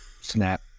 snap